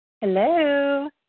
Hello